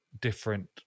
different